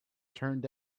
turned